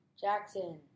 Jackson